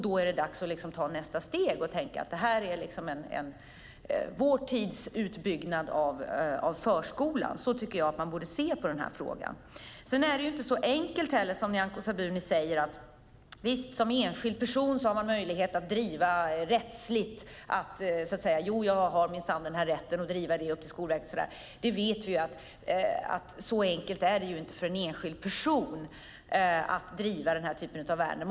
Då är det dags att ta nästa steg och tänka att detta är vår tids utbyggnad av förskolan. Det är så man borde se på frågan. Nyamko Sabuni säger att enskilda personer har rätt att driva frågan upp till Skolverket. Men vi vet att det inte är så enkelt för en enskild person att driva sådana här ärenden.